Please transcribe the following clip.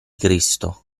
cristo